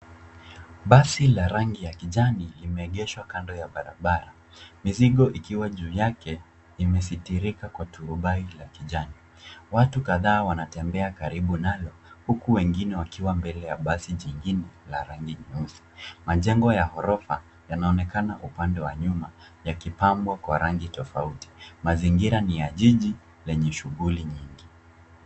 Basi la rangi ya kijani limeegeshwa kando ya barabara. Mizigo ikiwa juu yake imestirika kwa turubai la kijani. Watu kadhaa wanatembea karibu nalo huku wengine wakiwa mbele ya basi jingine la rangi nyeusi. Majengo ya ghorofa yanaonekana upande wa nyuma yakipambwa kwa rangi tofauti. Mazingira ni ya jiji lenye shughuli nyingi.